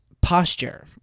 posture